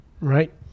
right